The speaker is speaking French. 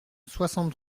soixante